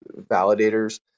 validators